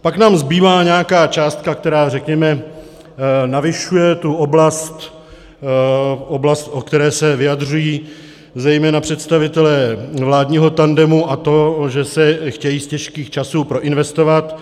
Pak nám zbývá nějaká částka, která, řekněme, navyšuje tu oblast, o které se vyjadřují zejména představitelé vládního tandemu, a to že se chtějí z těžkých časů proinvestovat.